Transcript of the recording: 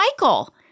Michael